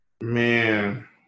man